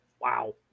Wow